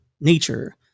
nature